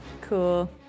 Cool